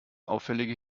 auffällige